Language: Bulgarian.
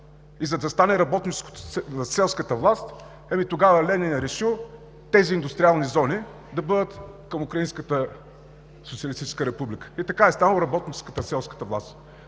и за да стане работническо-селската власт, ами тогава Ленин е решил тези индустриални зони да бъдат към Украинската социалистическа република и така е станало работническо-селската власт.